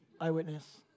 Eyewitness